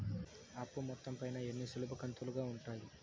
అప్పు మొత్తం పైన ఎన్ని సులభ కంతులుగా ఉంటాయి?